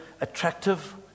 attractive